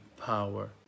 power